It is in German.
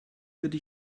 würde